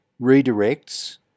redirects